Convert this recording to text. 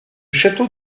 château